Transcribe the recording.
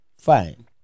Fine